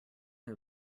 who